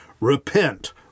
Repent